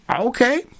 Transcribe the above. Okay